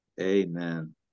Amen